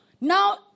Now